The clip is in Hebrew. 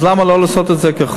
אז למה לא לעשות את זה כחוק-יסוד?